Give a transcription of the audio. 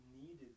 needed